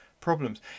problems